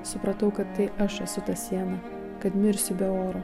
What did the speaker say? supratau kad tai aš esu ta siena kad mirsiu be oro